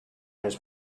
his